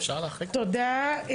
תודה.